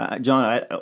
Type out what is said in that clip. John